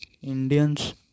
Indians